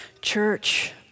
Church